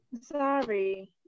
sorry